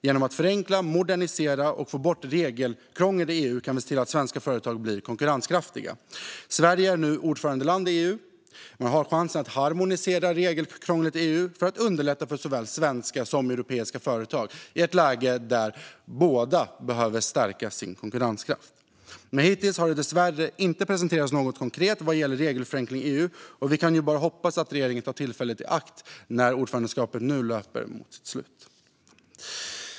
Genom att förenkla, modernisera och få bort regelkrångel i EU kan vi se till att svenska företag blir konkurrenskraftiga. Sverige är nu ordförandeland i EU och har chansen att harmonisera när det gäller regelkrånglet i EU för att underlätta för såväl svenska som andra europeiska företag i ett läge där de behöver stärka sin konkurrenskraft. Men hittills har det dessvärre inte presenterats något konkret vad gäller regelförenkling i EU. Vi kan bara hoppas att regeringen tar tillfället i akt när ordförandeskapet nu löper mot sitt slut.